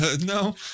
no